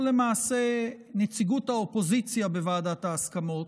או למעשה נציגות האופוזיציה בוועדת ההסכמות,